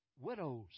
widows